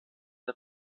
der